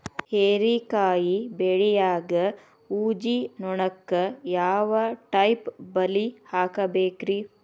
ಹೇರಿಕಾಯಿ ಬೆಳಿಯಾಗ ಊಜಿ ನೋಣಕ್ಕ ಯಾವ ಟೈಪ್ ಬಲಿ ಹಾಕಬೇಕ್ರಿ?